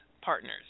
partners